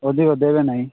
ଅଧିକ ଦେବେ ନାହିଁ